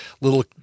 little